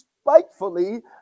spitefully